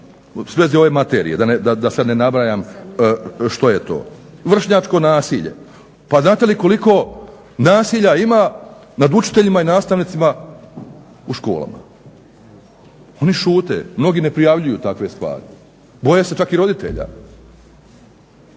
svezi ove materije da sad ne nabrajam što je to. Vršnjačko nasilje. Pa znate li koliko nasilja ima nad učiteljima i nastavnicima u školama? Oni šute, mnogi ne prijavljuju takve stvari, boje se čak i roditelja.